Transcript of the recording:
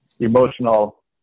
emotional